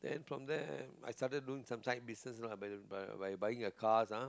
then from there I started loan some type buisiness lah by by buying a car ah